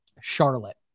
Charlotte